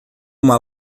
uma